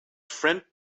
friend